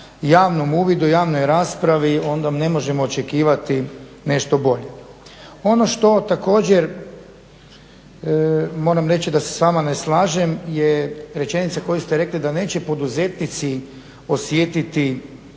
javnom uvidu i javnoj raspravi onda ne možemo očekivati nešto bolje. Ono što također moram reći da se s vama ne slažem je rečenica koju ste rekli da neće poduzetnici osjetiti